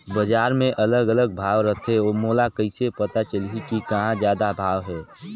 बजार मे अलग अलग भाव रथे, मोला कइसे पता चलही कि कहां जादा भाव हे?